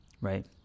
right